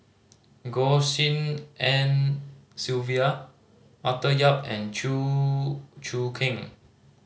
Goh Tshin En Sylvia Arthur Yap and Chew Choo Keng